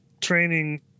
training